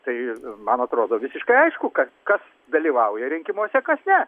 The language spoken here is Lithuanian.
tai man atrodo visiškai aišku kad kas dalyvauja rinkimuose kas ne